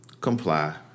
Comply